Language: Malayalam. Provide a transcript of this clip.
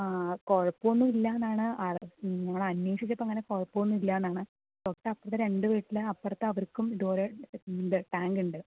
ആ കുഴപ്പമൊന്നുമില്ലെന്നാണ് ആൾ ഞങ്ങളന്വേഷിച്ചപ്പോൾ അങ്ങനെ കുഴപ്പമൊന്നുമില്ലെന്നാണ് തൊട്ടപ്പുറത്തെ രണ്ടു വീട്ടിലെ അപ്പുറത്തെ അവർക്കും ഇതുപോലെ ഉണ്ട് ടാങ്ക് ഉണ്ട്